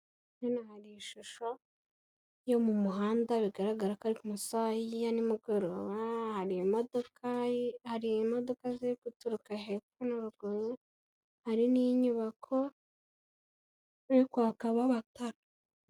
Hano hari ishusho yo mu muhanda bigaragara ko ari ku masaha ya nimugoroba, hari imodoka ziri guturuka hepfo no ruguru, hari n'inyubako iri kwakamo amatara.